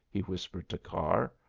he whispered to carr.